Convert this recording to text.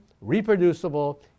reproducible